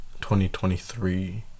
2023